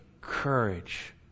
courage